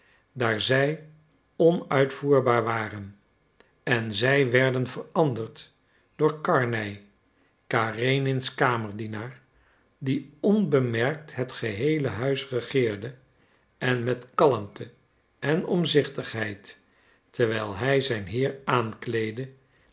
daar zij onuitvoerbaar waren en zij werden veranderd door karnej karenins kamerdienaar die onbemerkt het geheele huis regeerde en met kalmte en omzichtigheid terwijl hij zijn heer aankleedde